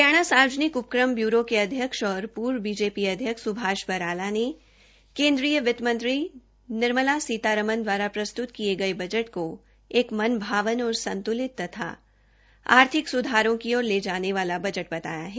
हरियाणा सार्वजनिक उपक्रम ब्यूरो के अध्यक्ष और पूर्व बीजेपी अध्यक्ष श्री सुभाष बराला ने केंद्रिय वित्त मंत्री श्रीमती निर्मला सीतारमण द्वारा प्रस्तुत किए गए बजट को एक मन भावन और संतुलित तथा आर्थिक सुधारों की ओर ले जाने वाला बजट बताया है